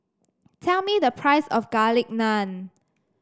tell me the price of Garlic Naan